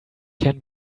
can